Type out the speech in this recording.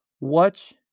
Watch